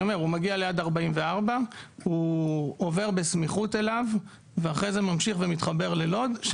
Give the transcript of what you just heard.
הוא מגיע ליד 44. הוא עובר בסמיכות אליו ואחרי זה ממשיך ומתחבר ללוד.